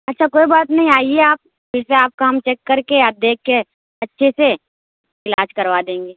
اچھا کوئی بات نہیں آئیے آپ پھر سے آپ کا ہم چیک کر کے یا دیکھ کے اچھے سے علاج کروا دیں گے